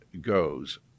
goes